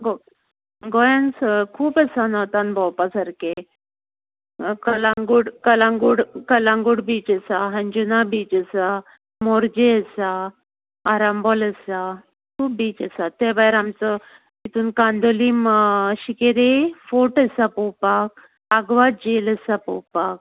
गोंय गोंयान खूब आसा नोर्तान भोवपासारके कलांगूट कलांगूट कलांगूट बीच आसा अंजूना बीच आसा मोर्जे आसा आरांबोल आसा खूब बीच आसा त्या भायर आमचो तातूंत कांदोलीम शिकेरी फोर्ट आसा पळोवपाक आग्वाद जेल आसा पळोवपाक